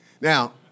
Now